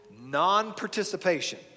non-participation